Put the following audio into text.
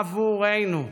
עבורנו,